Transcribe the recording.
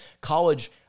College